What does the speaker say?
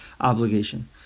obligation